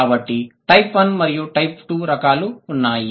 కాబట్టి టైప్ 1 మరియు టైప్ 2 రకాలు ఉన్నాయి